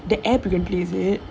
the application you can play is it